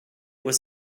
was